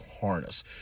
harness